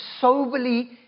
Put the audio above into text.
soberly